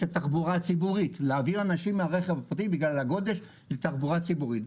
התחבורה הציבורית להעביר אנשים מהרכב הפרטי בגלל הגודש לתחבורה ציבורית.